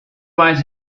was